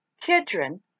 Kidron